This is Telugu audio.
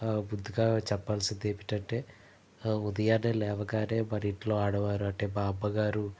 ముందుగా చెప్పాల్సింది ఏమిటంటే ఉదయాన్నే లేవగానే మన ఇంట్లో ఆడవారు అంటే మా అమ్మ గారు